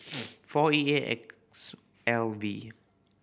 four E A X L V